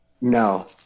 No